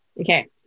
Okay